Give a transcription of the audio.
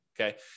okay